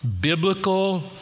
biblical